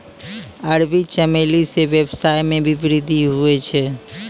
अरबी चमेली से वेवसाय मे भी वृद्धि हुवै छै